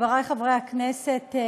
חברי חברי הכנסת,